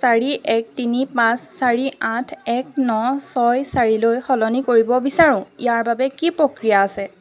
চাৰি এক তিনি পাঁচ চাৰি আঠ এক ন ছয় চাৰি লৈ সলনি কৰিব বিচাৰোঁ ইয়াৰ বাবে কি প্ৰক্ৰিয়া আছে